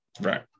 Right